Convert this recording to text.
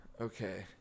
okay